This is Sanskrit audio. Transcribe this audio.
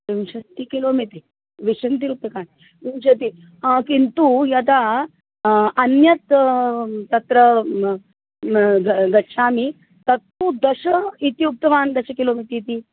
विंशतिः किलोमिति विंशतिरूप्यकाणि विंशतिः किन्तु यदा अन्यत् तत्र ग गच्छामि तत्तु दश इत्युक्तवान् दश किलोमि इति